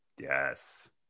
Yes